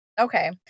Okay